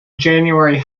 january